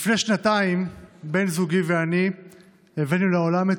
לפני שנתיים בן זוגי ואני הבאנו לעולם את